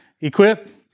Equip